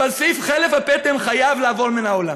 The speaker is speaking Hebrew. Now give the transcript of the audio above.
אבל סעיף חלף הפטם חייב לעבור מן העולם.